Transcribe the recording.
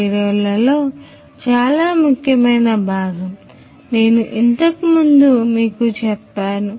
0 లలో చాలా ముఖ్యమైన భాగం నేను ఇంతకు ముందే మీకు చెప్పాను